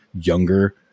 younger